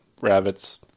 rabbits